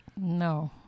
No